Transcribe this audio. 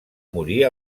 morir